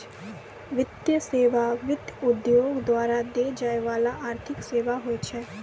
वित्तीय सेवा, वित्त उद्योग द्वारा दै जाय बाला आर्थिक सेबा होय छै